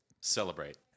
Celebrate